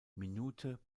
minute